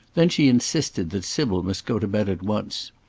then she insisted that sybil must go to bed at once.